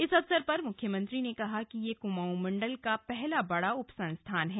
इस अवसर पर मख्यमंत्री ने कहा कि यह कुमाऊं मंडल का पहला बड़ा उपसंस्थान है